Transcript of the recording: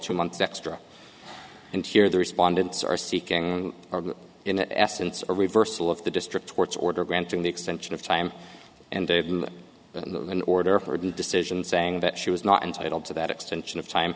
two months extra and here the respondents are seeking in essence a reversal of the district court's order granting the extension of time and they have been in order for that decision saying that she was not entitled to that extension of time